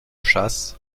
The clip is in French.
chasse